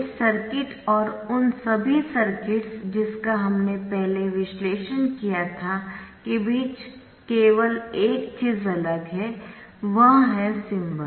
इस सर्किट और उन सभी सर्किट्स जिसका हमने पहले विश्लेषण किया था के बीच केवल एक चीज अलग है वह है सिंबल